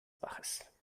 baches